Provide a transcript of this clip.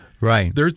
Right